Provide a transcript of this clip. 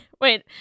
wait